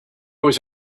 was